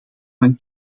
van